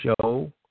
Show